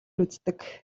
үздэг